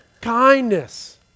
Kindness